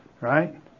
right